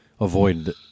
avoid